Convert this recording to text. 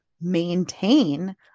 maintain